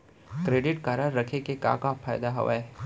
Credit card रखे के का का फायदा हवे?